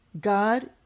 God